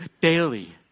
daily